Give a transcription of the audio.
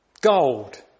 Gold